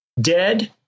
dead